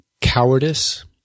cowardice